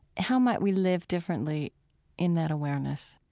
how might we live differently in that awareness?